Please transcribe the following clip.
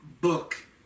book